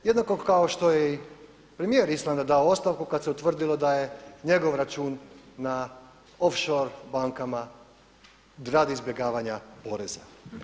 Jednako kao što je i premijer Islanda dao ostavku kada se utvrdilo da je njegov račun na offshore bankama radi izbjegavanja poreza.